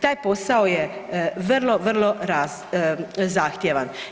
Taj posao je vrlo, vrlo zahtjevan.